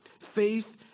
Faith